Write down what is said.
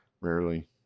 Rarely